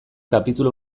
kapitulu